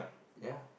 ya